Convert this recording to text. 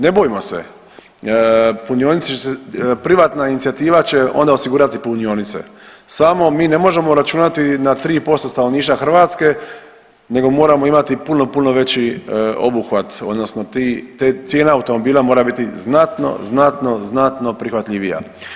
Ne bojmo se, punionice će se, privatna inicijativa će onda osigurati punionice, samo mi ne možemo računati na 3% stanovništva Hrvatske nego moramo imati puno, puno veći obuhvat odnosno ti, te cijena automobila mora biti znatno, znatno, znatno prihvatljivima.